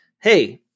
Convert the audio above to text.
Hey